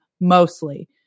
mostly